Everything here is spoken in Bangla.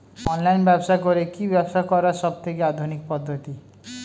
অনলাইন ব্যবসা করে কি ব্যবসা করার সবথেকে আধুনিক পদ্ধতি?